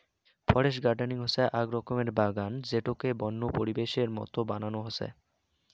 forest gardening হসে আক রকমের বাগান যেটোকে বন্য পরিবেশের মত বানানো হসে